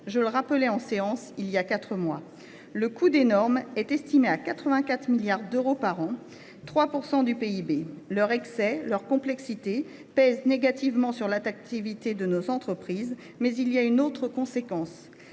Je le rappelais en séance publique, voilà quatre mois, le coût des normes est estimé à 84 milliards d’euros par an, soit 3 % du PIB. L’excès de normes et leur complexité pèsent négativement sur l’activité de nos entreprises, mais il a une autre conséquence